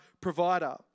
provider